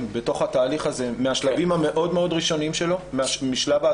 בתוך התהליך הזה מן השלבים המאוד ראשוניים שלו,